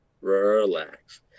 relax